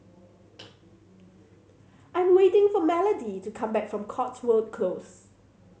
I'm waiting for Melodee to come back from Cotswold Close